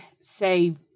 say